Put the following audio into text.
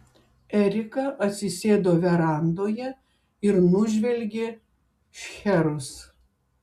erika atsisėdo verandoje ir nužvelgė šcherus